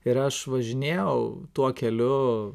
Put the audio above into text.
ir aš važinėjau tuo keliu